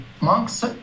monks